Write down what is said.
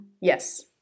Yes